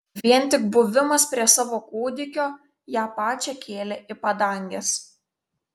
vien tik buvimas prie savo kūdikio ją pačią kėlė į padanges